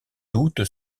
toute